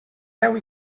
deu